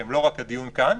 שהם לא רק הדיון כאן.